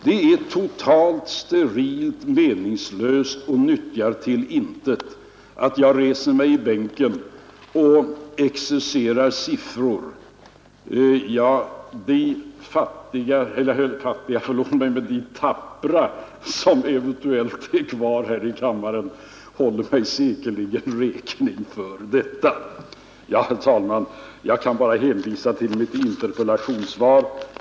Det är ttotalt sterilt och meningslöst och nyttar till intet att jag står här i bänken och exercerar siffror. De tappra som eventuellt är kvar i kammaren håller mig säkerligen räkning för att jag inte gör det. Herr talman! Jag kan bara hänvisa till mitt interpellationssvar.